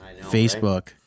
Facebook